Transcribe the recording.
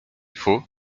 faut